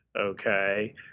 okay